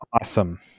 Awesome